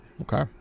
Okay